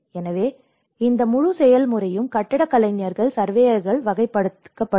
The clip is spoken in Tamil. எனவே இந்த முழு செயல்முறையும் கட்டடக் கலைஞர்கள் சர்வேயர்களுடன் வகைப்படுத்தப்பட்டுள்ளது